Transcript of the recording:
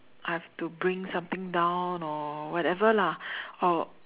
I have to bring something down or whatever lah or